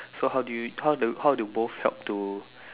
so how do you how how do both talk to